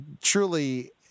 truly